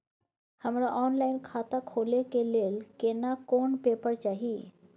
हमरा ऑनलाइन खाता खोले के लेल केना कोन पेपर चाही?